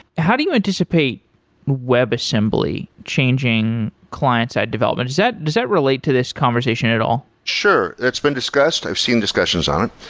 how do you anticipate web assembly changing client-side development? does that does that relate to this conversation at all? sure. that's been discussed. i've seen discussions on it.